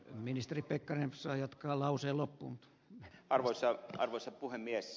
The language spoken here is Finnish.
ministeri pekkarinen sai jatkaa lause loppunut me arvoista arvoisa puhemies